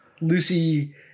Lucy